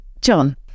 John